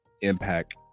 impact